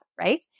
right